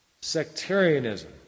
sectarianism